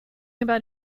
about